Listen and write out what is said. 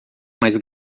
mais